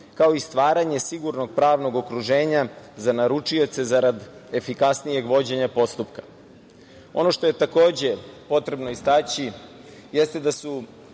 kao i stvaranje sigurnog pravnog okruženja za naručioce zarad efikasnijeg vođenje postupka. Ono što je takođe potrebno istaći jeste da su,